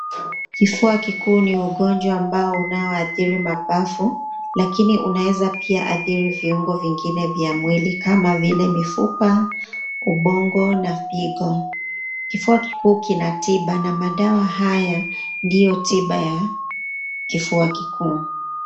Kifua kikuu ni ugonjwa ambao unao athiri mabavu, lakini unaweza pia athiri viungo vingine vya mwili kama vile mifupa, ubongo na vigo, kifua kikuu iko na tiba, dawa haya ndio tiba ya kifua kikuu.